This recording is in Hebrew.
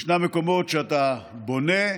ישנם מקומות שאתה בונה,